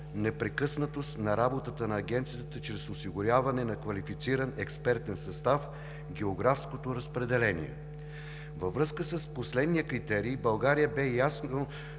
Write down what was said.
непрекъснатост на работата на Агенцията чрез осигуряване на квалифициран експертен състав; географското разпределение. Във връзка с последния критерий България бе ясно